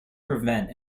prevent